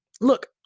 look